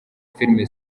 filime